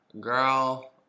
girl